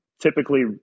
typically